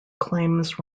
claims